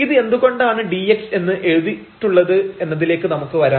ഇത് എന്തുകൊണ്ടാണ് dx എന്ന് എഴുതിയിട്ടുള്ളത് എന്നതിലേക്ക് നമുക്ക് വരാം